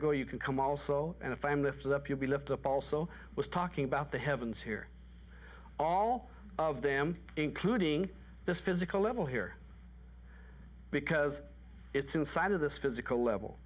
go you can come also and if i am lifted up you'll be lift up also was talking about the heavens here all of them including this physical level here because it's inside of this physical level